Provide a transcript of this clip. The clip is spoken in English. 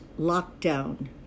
lockdown